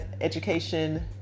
education